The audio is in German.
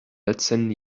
letzten